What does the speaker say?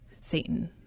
Satan